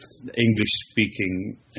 English-speaking